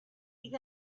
got